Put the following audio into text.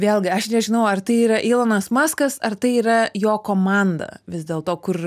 vėlgi aš nežinau ar tai yra ylonas maskas ar tai yra jo komanda vis dėlto kur